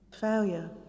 failure